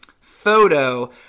photo